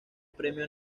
premio